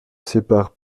sépare